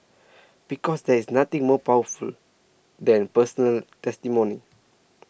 because there is nothing more powerful than personal testimony